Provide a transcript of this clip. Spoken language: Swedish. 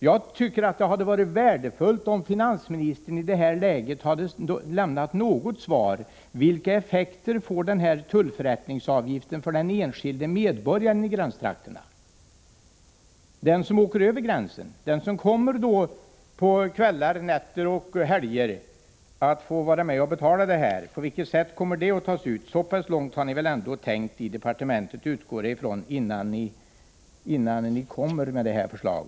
Jag tycker det hade varit värdefullt om finansministern i detta läge hade lämnat något svar på frågan vilka effekter denna tullförrättningsavgift får för den enskilda medborgaren i gränstrakterna, som åker över gränsen på kvällar, nätter och helger och får vara med att betala denna avgift. På vilket sätt kommer avgiften att tas ut? Jag utgår ifrån att ni ändå tänkt så pass långt i departementet innan ni kom med detta förslag.